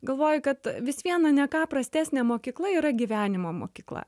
galvoju kad vis viena ne ką prastesnė mokykla yra gyvenimo mokykla